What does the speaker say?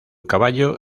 caballo